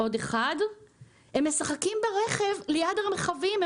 הם משחקים ברכב ליד הרכבים,